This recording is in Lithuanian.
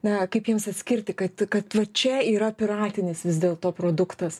na kaip jiems atskirti kad kad va čia yra piratinis vis dėlto produktas